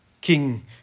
King